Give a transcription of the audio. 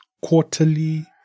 quarterly